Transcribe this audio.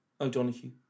O'Donoghue